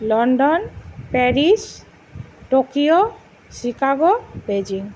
London Paris Tokyo Chicago Beijing